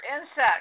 insects